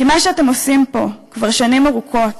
כי מה שאתם עושים פה כבר שנים ארוכות,